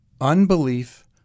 unbelief